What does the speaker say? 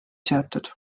seotud